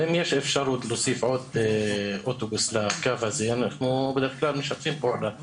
ואם יש אפשרות להוסיף עוד אוטובוס לקו הזה אנחנו בדרך כלל משתפים פעולה.